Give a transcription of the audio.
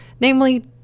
Namely